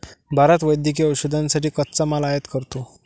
भारत वैद्यकीय औषधांसाठी कच्चा माल आयात करतो